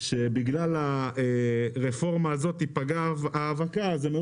שבגלל הרפורמה הזאת תיפגע האבקה הם היו